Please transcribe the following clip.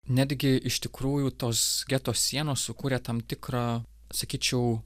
netgi iš tikrųjų tos geto sienos sukūrė tam tikrą sakyčiau